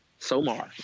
somar